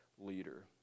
leader